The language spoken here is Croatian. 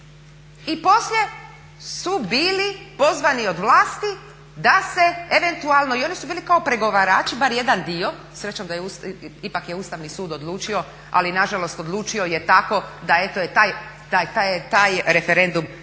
i poslije su bili pozvani od vlasti da se eventualno i oni su bili kao pregovarači, bar jedan dio. Srećom da je Ustavni sud, ipak je Ustavni sud odlučio, ali na žalost odlučio je tako da je taj referendum bespredmetan.